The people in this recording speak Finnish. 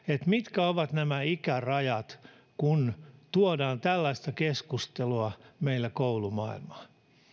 mitkä ovat nämä ikärajat kun tuodaan tällaista keskustelua meillä koulumaailmaan